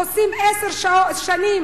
עושים עשר שנים,